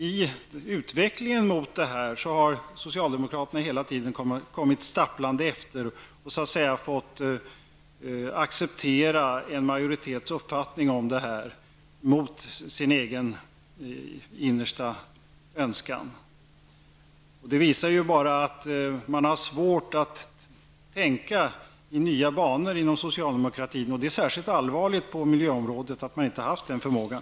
I utvecklingen åt det hållet har socialdemokraterna hela tiden kommit stapplande efter och tvingats acceptera en majoritets uppfattning mot sin egen innersta önskan. Det visar bara att man inom socialdemokratin har svårt att tänka i nya banor. Det är på miljöområdet särskilt allvarligt att man inte har haft den förmågan.